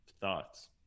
thoughts